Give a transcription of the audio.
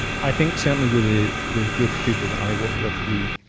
i think certainly with the the group of people that i work with, we